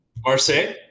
Marseille